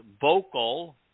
vocal